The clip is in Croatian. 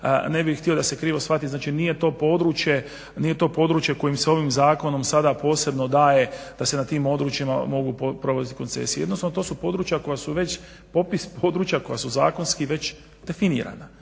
ne bih htio da se krivo shvati, znači nije to područje kojim se ovim zakonom sada posebno daje da se na tim područjima mogu …/Ne razumije se./… koncesije, jednostavno to su područja koja su već, područja koja su zakonski već definirana.